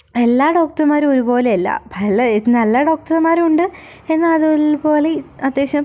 എല്ലാ ഡോക്ടർമാരും ഒരുപോലെയല്ല പല നല്ല ഡോക്ടർമാരും ഉണ്ട് എന്നാൽ അതുപോലെ അത്യാവശ്യം